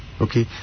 Okay